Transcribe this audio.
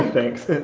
thanks.